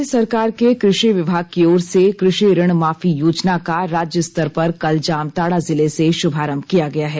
राज्य सरकार के कृषि विभाग की ओर से कृषि ऋण माफी योजना का राज्य स्तर पर कल जामताड़ा जिले से शुभारंभ किया गया है